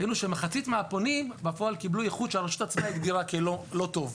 מחצית מהפונים קיבלו איכות שהרשות עצמה הגדירה כלא טוב.